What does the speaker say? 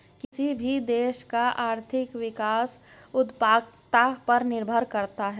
किसी भी देश का आर्थिक विकास उत्पादकता पर निर्भर करता हैं